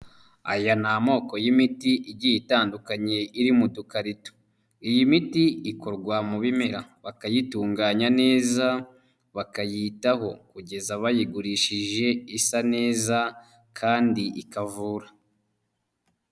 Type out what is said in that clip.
Aya ni amoko y'imiti igiye itandukanye iri mu dukarito, iyi miti ikorwa mu bimera bakayitunganya neza bakayitaho kugeza bayigurishije isa neza kandi ikavura.